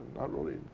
not really